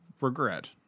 regret